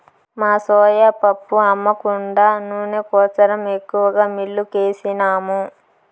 మా సోయా పప్పు అమ్మ కుండా నూనె కోసరం ఎక్కువగా మిల్లుకేసినాము